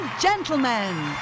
Gentlemen